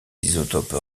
isotopes